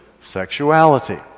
sexuality